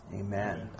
amen